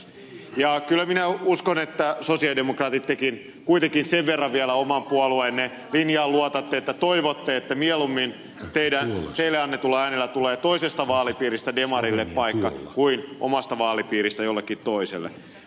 ja kyllä minä uskon että tekin sosialidemokraatit kuitenkin sen verran vielä oman puolueenne linjaan luotatte että toivotte että mieluummin teille annetulla äänellä tulee toisesta vaalipiiristä demarille paikka kuin omasta vaalipiiristä jollekin toiselle